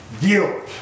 Guilt